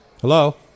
Hello